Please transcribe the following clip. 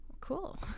cool